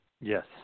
Yes